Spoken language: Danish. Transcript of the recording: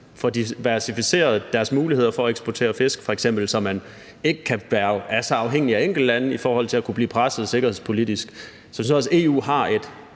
får verificeret deres muligheder for at eksportere fisk f.eks., så man ikke er så afhængig af enkeltlande i forhold til at kunne blive presset sikkerhedspolitisk. Jeg synes også, EU har en